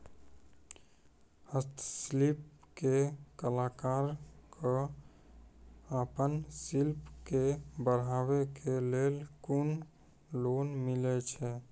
हस्तशिल्प के कलाकार कऽ आपन शिल्प के बढ़ावे के लेल कुन लोन मिलै छै?